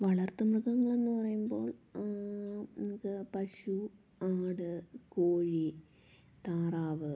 വളർത്തുമൃഗങ്ങൾ എന്നു പറയുമ്പോൾ നമുക്ക് പശു ആട് കോഴി താറാവ്